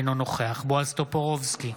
אינו נוכח בועז טופורובסקי,